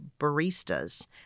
baristas